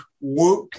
work